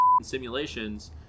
simulations